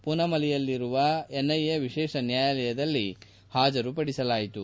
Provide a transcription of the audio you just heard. ಪೂನಾಮಲಿಯಲ್ಲಿರುವ NIA ವಿಶೇಷ ನ್ಯಾಯಾಲಯದಲ್ಲಿ ಹಾಜರುಪಡಿಸಲಾಯಿತು